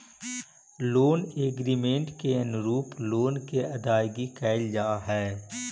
loan agreement के अनुरूप loan के अदायगी कैल जा हई